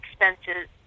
expenses